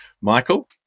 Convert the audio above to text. Michael